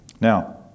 Now